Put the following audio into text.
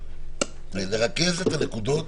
אני מבקש לרכז את הנקודות,